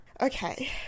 okay